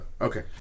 Okay